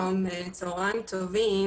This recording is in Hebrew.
האיגרת הזאת שהובאה לידיעתכם בתשובה